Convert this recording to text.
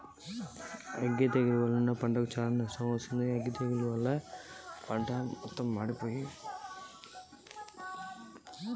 అగ్గి తెగులు వల్ల పంటకు ఎటువంటి నష్టం వాటిల్లుతది?